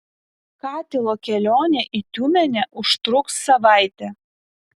katilo kelionė į tiumenę užtruks savaitę